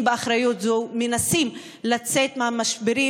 באחריות הזאת ומנסים לצאת מהמשברים,